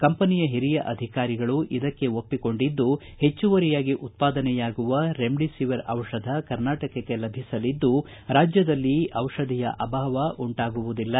ಕಂಪನಿಯ ಓರಿಯ ಅಧಿಕಾರಿಗಳು ಇದಕ್ಕೆ ಒಪ್ಪಿಕೊಂಡಿದ್ದು ಹೆಚ್ಚುವರಿಯಾಗಿ ಉತ್ಪಾದನೆಯಾಗುವ ರೆಮ್ಡಿಸಿವಿರ್ ಔಷಧ ಕರ್ನಾಟಕಕ್ಕೆ ಲಭಿಸಲಿದ್ದು ರಾಜ್ಯದಲ್ಲಿ ಈ ಔಷಧಿಯ ಅಭಾವ ಉಂಟಾಗುವುದಿಲ್ಲ